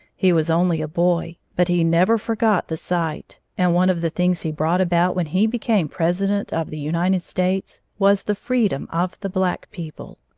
he was only a boy, but he never forgot the sight, and one of the things he brought about when he became president of the united states was the freedom of the black people.